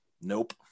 nope